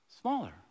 Smaller